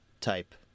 type